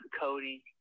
Cody